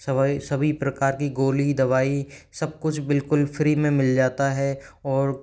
सभी प्रकार की गोली दवाई सब कुछ बिल्कुल फ्री में मिल जाता है और